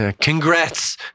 Congrats